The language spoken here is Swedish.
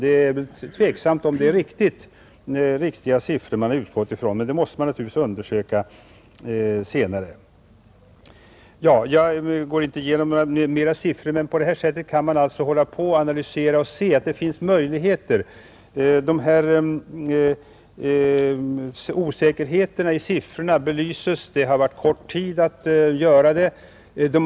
Det är väl tveksamt om man har utgått från riktiga siffror, men det måste man naturligtvis undersöka vidare. Ja, jag skall inte gå igenom några ytterligare siffror, men jag vill säga att man på detta sätt kan analysera situationen och avgöra var möjligheterna finns. Man belyser också osäkerheterna i siffrorna. Man har haft kort tid till sitt förfogande för att göra beräkningarna.